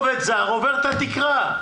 אחרי התוספת הראשונה לתקנות העיקריות תבוא: